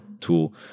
tool